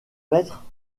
maître